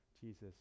Jesus